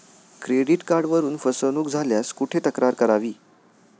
Credit कार्डवरून फसवणूक झाल्यास कुठे तक्रार करावी?